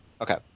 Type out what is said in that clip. Okay